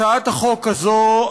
הצעת החוק הזאת,